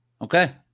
Okay